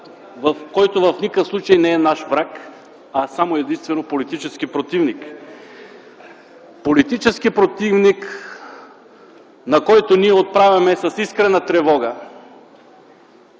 Вие в никакъв случай не сте наш враг, а само и единствено политически противник. Политически противник, на който ние отправяме с искрена тревога